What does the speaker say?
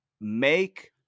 make